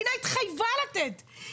מתי ישבת פעם בוועדה ואמרת,